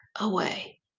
away